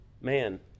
man